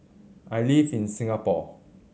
I live in Singapore